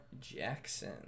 Jackson